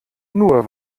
nur